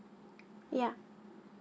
ya